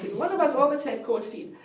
one of us always had cold feet.